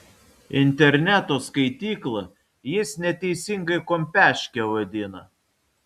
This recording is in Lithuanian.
interneto skaityklą jis neteisingai kompiaške vadina